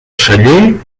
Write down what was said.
celler